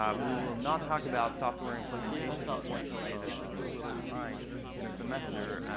um we will not talk about software implementation. unfortunately, there's just too little time in a semester.